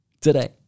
today